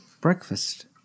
Breakfast